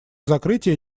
закрытие